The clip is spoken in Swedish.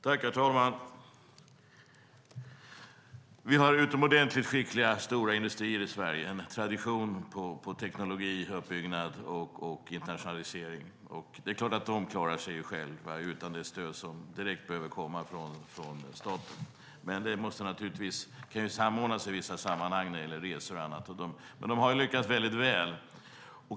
Herr talman! Vi har utomordentligt skickliga stora industrier i Sverige, en tradition på teknologi, uppbyggnad och internationalisering. Det är klart att dessa klarar själva utan direkt stöd från staten. Men det kan naturligtvis samordnas i vissa sammanhang när det gäller resor och annat. De har lyckats väldigt väl.